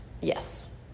Yes